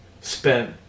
spent